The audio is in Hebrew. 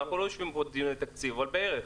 אנחנו לא יושבים פה על דיוני תקציב אבל בערך,